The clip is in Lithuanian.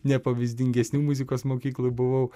nepavyzdingiesnių muzikos mokykloj buvau